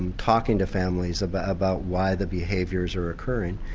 talking to families about about why the behaviours are occurring.